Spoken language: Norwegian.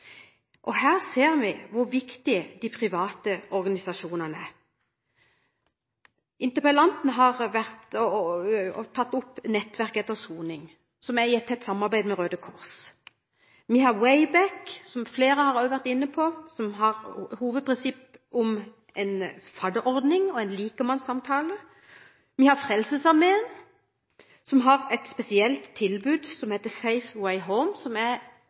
Her ser vi hvor viktige de private organisasjonene er. Interpellanten har tatt opp Nettverk etter soning, som samarbeider tett med Røde Kors. Vi har WayBack, som også flere har vært inne på, som har fadderordning og likemannssamtale som hovedprinsipp. Vi har Frelsesarmeen, som har et spesielt tilbud, Safe Way Home, til utenlandske kriminelle som skal tilbakeføres. Det er